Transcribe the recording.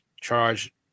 charge